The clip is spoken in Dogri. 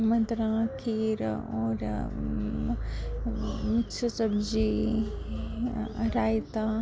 मद्दरा खीर होर मिक्स सब्जी रायता